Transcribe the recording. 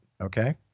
okay